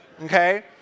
okay